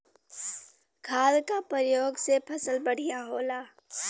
खाद क परयोग से फसल बढ़िया होला